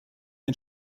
ein